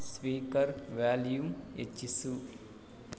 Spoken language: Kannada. speaker volume ಹೆಚ್ಚಿಸು